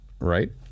right